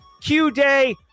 Q-Day